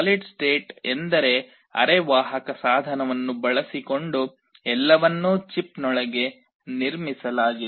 solid state ಎಂದರೆ ಅರೆವಾಹಕ ಸಾಧನವನ್ನು ಬಳಸಿಕೊಂಡು ಎಲ್ಲವನ್ನೂ ಚಿಪ್ನೊಳಗೆ ನಿರ್ಮಿಸಲಾಗಿದೆ